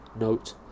note